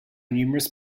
numerous